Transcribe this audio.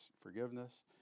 forgiveness